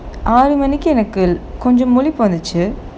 ஆறு மணிக்கு எனக்கு கொஞ்சம் முழிப்பு வந்துச்சு:aaru manikku ennaku konjam mulipu vanthuchu